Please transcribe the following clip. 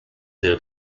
their